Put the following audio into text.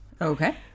okay